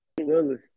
Willis